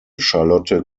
charlotte